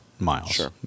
miles